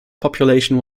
population